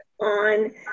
on